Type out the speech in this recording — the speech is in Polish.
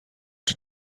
czy